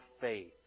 faith